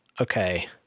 Okay